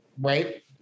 right